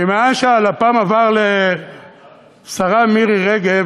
שמאז שהלפ"מ עבר לשרה מירי רגב,